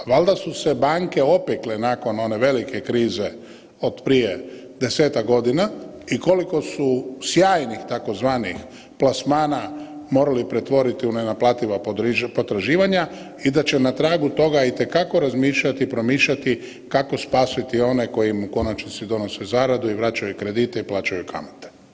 A valjda su se banke opekle nakon one velike krize od prije 10-tak godina i koliko su sjajnih tzv. plasmana morali pretvoriti u nenaplativa potraživanja i da će na tragu toga itekako razmišljati i promišljati kako spasiti one koji im u konačnici donose zaradu i vraćaju kredite i plaćaju kamate.